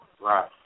Right